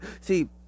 See